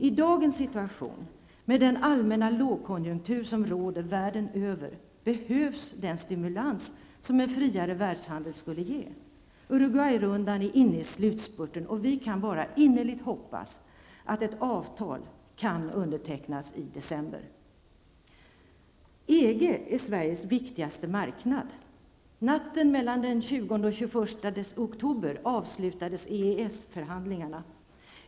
I dagens situation, med den allmänna lågkonjunktur som råder världen över, behövs den stimulans som en friare världshandel skulle ge. Uruguayrundan är inne i slutspurten och vi kan bara innerligt hoppas att ett avtal kan undertecknas i december. EG är Sveriges viktigaste marknad. Natten mellan den 21 och 22 oktober avslutades EES förhandlingarna.